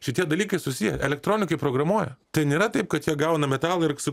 šitie dalykai susiję elektronikai programuoja tai nėra taip kad jie gauna metalo ir su